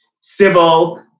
civil